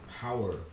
power